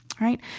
Right